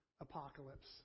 apocalypse